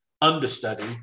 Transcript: understudy